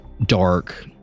dark